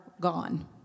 gone